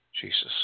Jesus